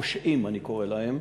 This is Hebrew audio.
פושעים, אני קורא להם,